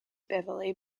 beverley